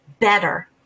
better